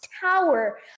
tower